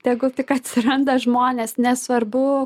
tegul tik atsiranda žmonės nesvarbu